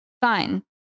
fine